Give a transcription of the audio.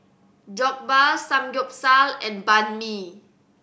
Jokbal Samgyeopsal and Banh Mi